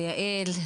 ליעל,